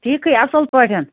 ٹھیٖکھٕے اصٕل پٲٹھۍ